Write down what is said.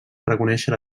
reconèixer